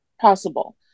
possible